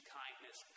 kindness